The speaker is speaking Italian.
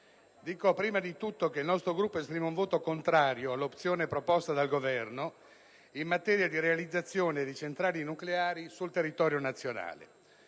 Signor Presidente, il nostro Gruppo esprime un voto contrario all'opzione proposta dal Governo in materia di realizzazione di centrali nucleari sul territorio nazionale.